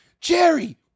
Jerry